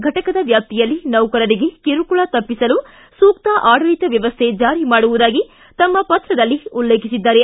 ಘಟಕದ ವ್ಯಾಪ್ತಿಯಲ್ಲಿ ನೌಕರರಿಗೆ ಕಿರುಕುಳ ತಪ್ಪಿಸಲು ಸೂಕ್ತ ಆಡಳಿತ ವ್ಯವಸ್ಥೆ ಜಾರಿ ಮಾಡುವುದಾಗಿ ತಮ್ಮ ಪತ್ರದಲ್ಲಿ ಉಲ್ಲೇಖಿಸಿದ್ದಾರೆ